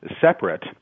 separate